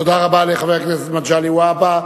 תודה רבה לחבר הכנסת מגלי והבה.